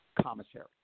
commissary